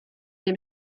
dem